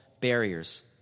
barriers